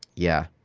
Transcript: yeah,